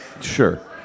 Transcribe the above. Sure